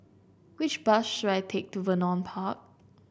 Which bus should I take to Vernon Park